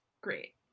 great